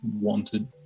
wanted